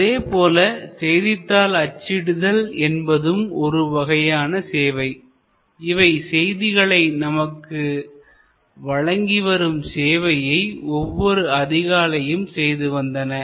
அதேபோல செய்தித்தாள் அச்சிடுதல் என்பதும் ஒரு வகையான சேவை இவை செய்திகளை நமக்கு வழங்கிவரும் சேவையை ஒவ்வொரு அதிகாலையும் செய்து வந்தன